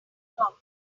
blocked